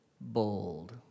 bold